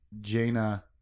Jaina